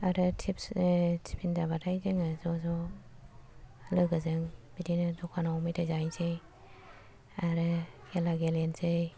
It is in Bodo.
आरो टिपि टिफिन जाबाथाय जोङो ज' ज' लोगोजों बिदिनो दखानाव मेथाय जाहैसै आरो खेला गेलेनसै